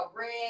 red